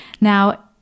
Now